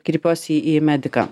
kreipiuosi į mediką